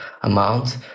amount